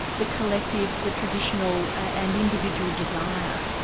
the collective, the traditional and individual desire?